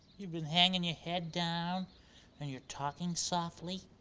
you've been hanging your head down and you're talking softly,